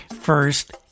first